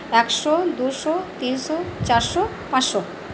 একশো দুশো তিনশো চারশো পাঁচশো